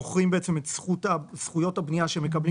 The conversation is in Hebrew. מוכרים את זכויות הבנייה שהם מקבלים